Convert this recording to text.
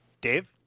Dave